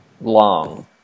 long